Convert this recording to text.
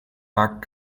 vaak